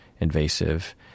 invasive